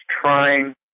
trying